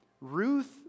Ruth